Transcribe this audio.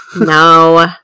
no